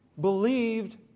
believed